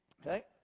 Okay